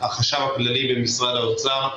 החשב הכללי במשרד האוצר,